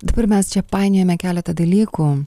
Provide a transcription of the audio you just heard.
dabar mes čia painiojame keletą dalykų